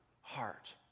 heart